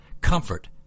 Comfort